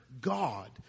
God